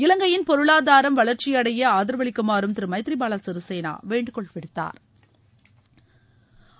இவங்கையின் பொருளாதாரம் வளர்ச்சியடய ஆதரவளிக்குமாறும் திரு னமதிரிபால சிறிசேனா வேண்டுகோள் விடுத்தாா்